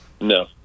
No